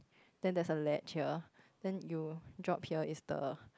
then there's a ledge here then you drop here is the